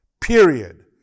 period